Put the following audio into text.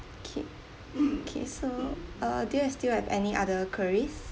okay okay so uh do you still have any other queries